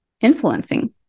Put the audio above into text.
influencing